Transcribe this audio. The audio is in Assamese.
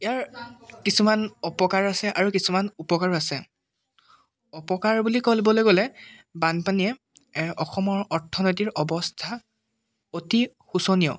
ইয়াৰ কিছুমান অপকাৰ আছে আৰু কিছুমান উপকাৰো আছে অপকাৰ বুলি ক'বলে গ'লে বানপানীয়ে অসমৰ অৰ্থনীতিৰ অৱস্থা অতি শোচনীয়